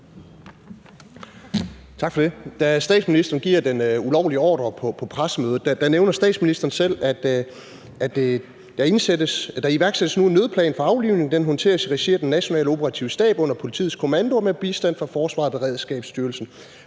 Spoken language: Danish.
Da statsministeren giver den ulovlige ordre på pressemødet, nævner statsministeren selv, at der nu iværksættes en nødplan for aflivning, og at den håndteres i regi af den nationale operative stab under politiets kommando og med bistand fra forsvaret og Beredskabsstyrelsen